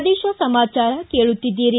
ಪ್ರದೇಶ ಸಮಾಚಾರ ಕೇಳುತ್ತೀದ್ದಿರಿ